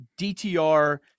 DTR